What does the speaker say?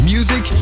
Music